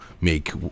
make